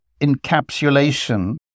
encapsulation